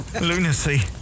Lunacy